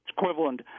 equivalent